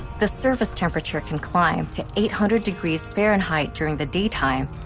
the surface temperature can climb to eight hundred degrees fahrenheit during the daytime,